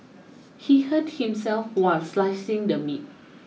he hurt himself while slicing the meat